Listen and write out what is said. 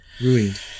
Ruined